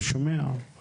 אני שומע.